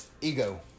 Ego